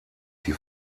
sie